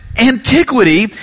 antiquity